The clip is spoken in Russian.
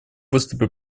выступил